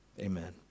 Amen